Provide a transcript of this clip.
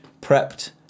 prepped